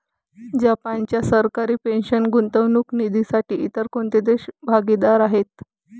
जपानच्या सरकारी पेन्शन गुंतवणूक निधीसाठी इतर कोणते देश भागीदार आहेत?